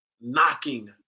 knocking